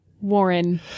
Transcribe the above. Warren